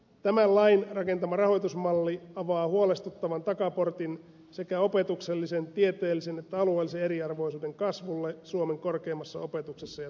tämän lain rakentama rahoitusmalli avaa huolestuttavan takaportin sekä opetuksellisen tieteellisen että alueellisen eriarvoisuuden kasvulle suomen korkeimmassa opetuksessa ja tutkimuksessa